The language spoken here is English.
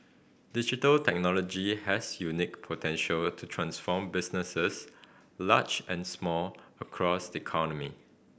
digital technology has unique potential to transform businesses large and small across the economy